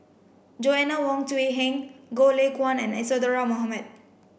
Joanna Wong Quee Heng Goh Lay Kuan and Isadhora Mohamed